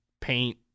paint